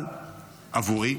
אבל עבורי,